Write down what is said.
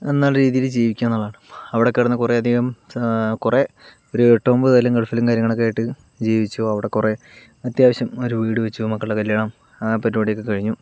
നല്ല രീതിയിൽ ജീവിക്കുക എന്നുള്ളതാണ് അവിടെ കിടന്ന് കുറേ അധികം കുറേ ഒരെട്ടൊമ്പത് കൊല്ലം ഗൾഫിലും കാര്യങ്ങളൊക്കെ ആയിട്ട് ജീവിച്ചു അവിടെ കുറേ അത്യാവശ്യം ഒരു വീടു വെച്ചു മക്കളുടെ കല്യാണം പരിപാടിയൊക്കെ കഴിഞ്ഞു